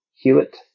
Hewitt